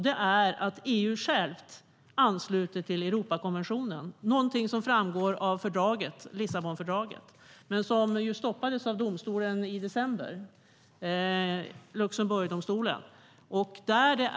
Det är att EU självt ansluter sig till Europakonventionen - någonting som framgår av Lissabonfördraget men som stoppades av Luxemburgdomstolen i december.